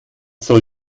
soll